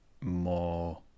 more